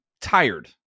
tired